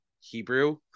Hebrew